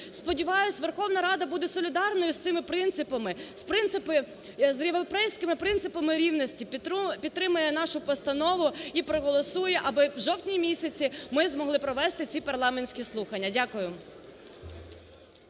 Сподіваюсь Верховна Рада буде солідарною з цими принципами, з європейськими принципами рівності, підтримає нашу постанову і проголосує аби в жовтні місяці ми змогли провести ці парламентські слухання. Дякую.